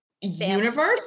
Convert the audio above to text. universe